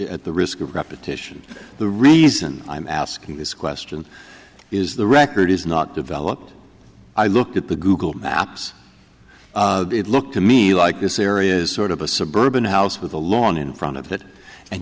at the risk of repetition the reason i'm asking this question is the record is not developed i looked at the google maps it looked to me like you syria is sort of a suburban house with a lawn in front of it and